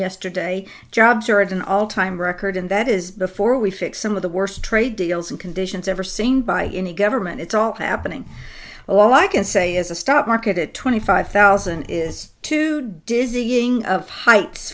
yesterday jobs are at an all time record and that is before we fix some of the worst trade deals in conditions ever seen by any government it's all happening all i can say is a stock market at twenty five thousand is too dizzying heights